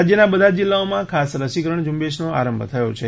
રાજ્યના બધા જ જીલ્લાઓમાં ખાસ રસીકરણ ઝુંબેશનો આરંભ થયો છે